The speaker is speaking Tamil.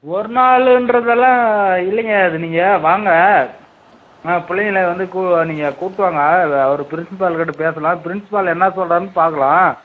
ஒரு நாளுன்றதெல்லாம் இல்லைங்க அது நீங்கள் வாங்க பிள்ளைங்கள வந்து நீங்கள் கூப்பிட்டுவாங்க அவர் பிரின்ஸ்பால் கிட்டே பேசலாம் பிரின்ஸ்பால் என்ன சொல்றாருன்னு பார்க்கலாம்